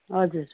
हजुर